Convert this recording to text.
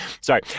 Sorry